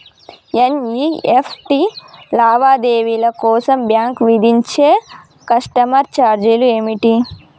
NEFT లావాదేవీల కోసం bank విధించే కస్టమర్ ఛార్జీలు ఏమిటి?